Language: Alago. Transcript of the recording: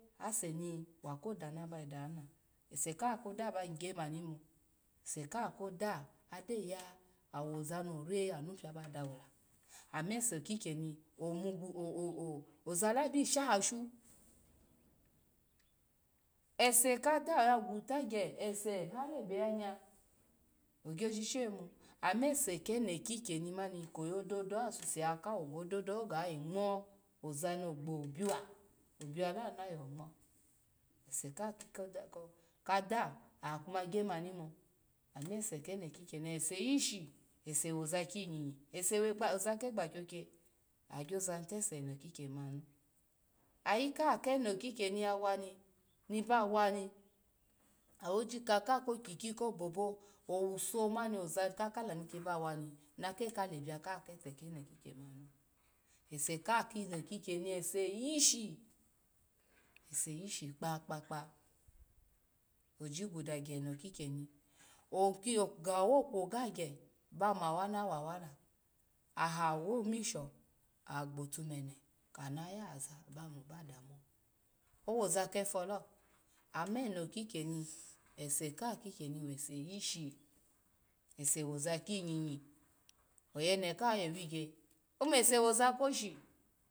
Ase ni wa ko yidanu aba yi da nu lo, ase ka koda ba gya mani imbo ese ka koda agyo ya awo ozano yira anu pioba dawo la amese ikikyeni zalabi sha hoshu ase kada oya gutagya ese hari ese yanye, ogyo jije omo ama ese kikyeni kwoyo daho asuse ya kawo ga dodaho ga yo ngmo oza no gbo biowa abiawa lo obiwa lo ana yo ngwo ase laa ko ko kada akumagya mani imbo, amese keno kikyeni ase yishi, ase woza kiyinyinyi ese woza kegba kyokya agyoza nitese ano kikyeni lo ayi kaha keno niyawa ni niba wani, awojika kaha kokiki kopopo owu so mani oza kala ni niba wa ni nakale biokahalo keno kikyemi asekaha keno kikyeni ese yishi kpakpa oji guda gya ano kikyeni okiho gawino kwogagya bama wana wa aha wo mission agbotu mene kana yohoza aba mu badamuwa owoza kofulo ama eno kikyeni ese kaha kukyeni ese yishi ese woza kinyinyi ase woza kinyinyi oyene kaha oye wigya omo ase woza koshi.